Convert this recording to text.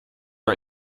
are